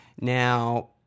Now